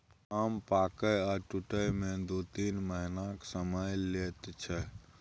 आम पाकय आ टुटय मे दु तीन महीनाक समय लैत छै